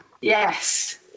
Yes